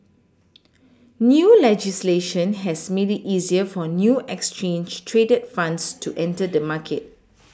new legislation has made it easier for new exchange traded funds to enter the market